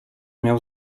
miał